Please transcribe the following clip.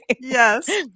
Yes